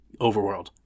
overworld